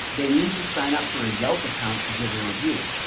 they need to sign up for a yelp account to give her a review.